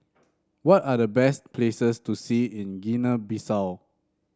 what are the best places to see in Guinea Bissau